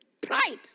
Pride